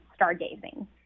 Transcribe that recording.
stargazing